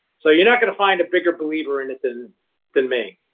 so you're not going to find a bigger believer in it than than me.